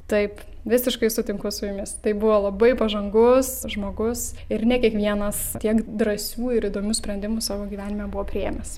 taip visiškai sutinku su jumis tai buvo labai pažangus žmogus ir ne kiekvienas tiek drąsių ir įdomių sprendimų savo gyvenime buvo priėmęs